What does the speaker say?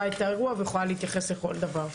את האירוע ויכולה להתייחס לכל דבר,